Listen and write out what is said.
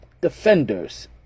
defenders